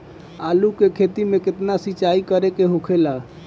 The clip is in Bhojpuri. आलू के खेती में केतना सिंचाई करे के होखेला?